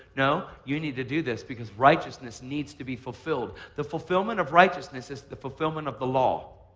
no, you need to do this because righteousness needs to be fulfilled. the fulfillment of righteousness is the fulfillment of the law,